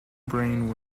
brain